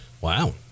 Wow